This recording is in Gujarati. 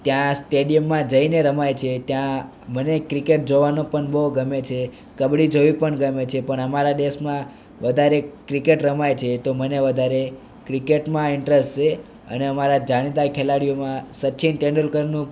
ત્યાં સ્ટેડિયમમાં જઈને રમાય છે ત્યાં મને ક્રિકેટ જોવાનું પણ બહુ ગમે છે કબડ્ડી જોવી પણ ગમે છે પણ અમારા દેશમાં વધારે ક્રિકેટ રમાય છે તો મને વધારે ક્રિકેટમાં ઇન્ટ્રેસ છે અને અમારા જાણીતા ખેલાડીઓમાં સચિન તેંડુલકરનું